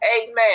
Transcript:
amen